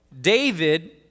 David